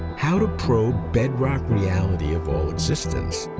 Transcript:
how to probe bedrock reality of all existence?